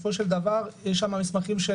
בסופו של דבר יש שם מסמכים,